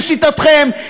לשיטתכם,